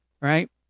right